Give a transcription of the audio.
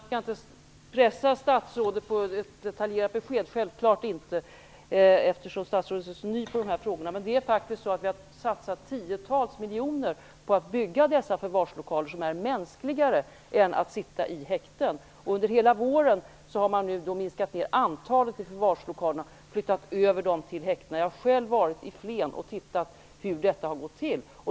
Fru talman! Jag skall självfallet inte pressa statsrådet på ett detaljerat besked, eftersom statsrådet är så ny när det gäller dessa frågor. Men det har satsats tiotals miljoner på att bygga förvarslokaler som är mänskligare jämfört med hur det är att sitta i häkten. Under hela våren har man minskat ner antalet förvarslokaler och flyttat över asylsökande till häkten. Jag har själv varit i Flen och sett hur detta har gått till.